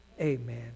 Amen